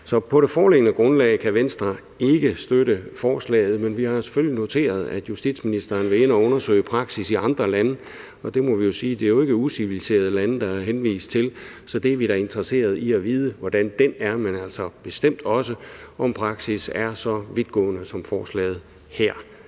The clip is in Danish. På det foreliggende grundlag kan Venstre ikke støtte forslaget, men vi har selvfølgelig noteret, at justitsministeren vil ind og undersøge praksis i andre lande, og vi må jo sige, at det ikke er uciviliserede lande, der henvises til, så vi er da interesserede i at vide, hvordan den er, og bestemt også, om praksis er så vidtgående, som forslaget her